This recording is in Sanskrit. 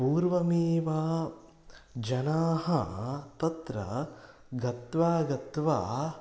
पूर्वमेव जनाः तत्र गत्वा गत्वा